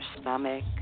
stomach